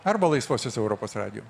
arba laisvosios europos radijo